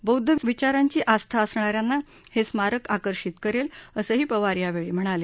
बौद्ध विचारांची आस्था असणा यांना हे स्मारक आकर्षित करेल असंही पवार यावेळी म्हणाले